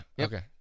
Okay